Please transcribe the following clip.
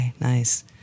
Nice